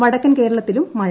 വടക്കൻ കേരളത്തിലും മഴ